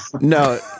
no